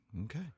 Okay